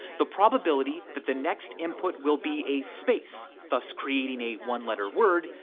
the probability that the next input will be a space, thus creating a one letter word,